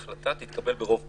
ההחלטה תתקבל ברוב קולות...".